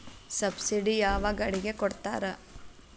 Subsidy ಯಾವ ಗಾಡಿಗೆ ಕೊಡ್ತಾರ?